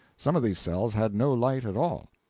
some of these cells had no light at all.